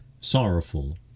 sorrowful